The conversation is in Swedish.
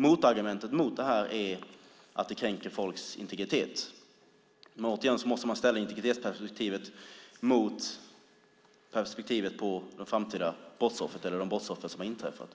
Motargumentet mot det här är att det kränker folks integritet, men återigen måste man ställa integritetsperspektivet mot perspektivet för framtida eller befintliga brottsoffer.